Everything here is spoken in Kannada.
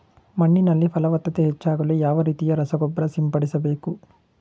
ಮಣ್ಣಿನಲ್ಲಿ ಫಲವತ್ತತೆ ಹೆಚ್ಚಾಗಲು ಯಾವ ರೀತಿಯ ರಸಗೊಬ್ಬರ ಸಿಂಪಡಿಸಬೇಕು?